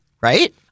Right